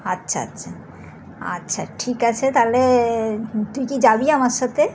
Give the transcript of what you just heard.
আচ্ছা আচ্ছা আচ্ছা ঠিক আছে তাহলে তুই কি যাবি আমার সাথে